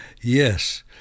Yes